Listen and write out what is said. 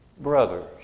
brothers